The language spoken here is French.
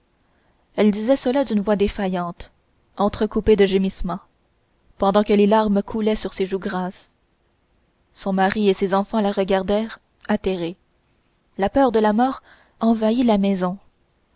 elle disait cela d'une voix défaillante entrecoupée de gémissements pendant que les larmes coulaient sur ses joues grasses son mari et ses enfants la regardèrent atterrés la peur de la mort envahit la maison